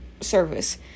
service